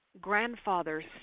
grandfather's